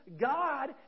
God